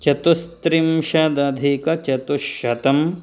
चतुस्त्रिंशदधिकचतुश्शतं